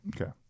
Okay